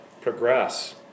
progress